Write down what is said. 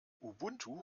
ubuntu